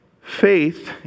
Faith